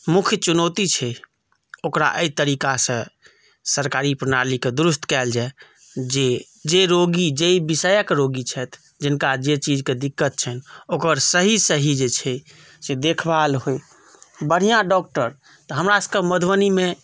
मुख्य चुनौती छै ओकरा अइ तरीकासँ सरकारी प्रणाली के दुरुस्त कयल जाय जे जे रोगी जै विषयक रोगी छथि जिनका जे चीज के दिक्कत छनि ओकर सही सही जे छै से देखभाल होइ बढ़ियाॅं डॉक्टर तऽ हमरा सब के मधुबनीमे